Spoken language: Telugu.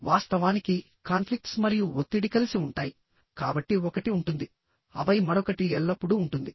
వాస్తవానికి కాన్ఫ్లిక్ట్స్ మరియు ఒత్తిడి కలిసి ఉంటాయి కాబట్టి ఒకటి ఉంటుంది ఆపై మరొకటి ఎల్లప్పుడూ ఉంటుంది